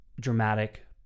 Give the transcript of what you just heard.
dramatic